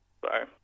Sorry